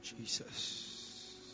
Jesus